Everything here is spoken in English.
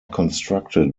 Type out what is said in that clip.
constructed